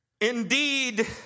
Indeed